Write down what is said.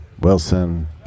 Wilson